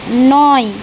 নয়